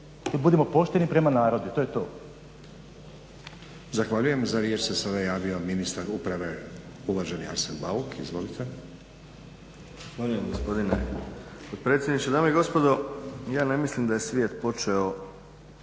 Budimo pošteni prema narodu, to je to.